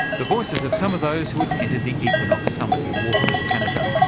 the voices of some of those who attended the equinox summit in waterloo, canada.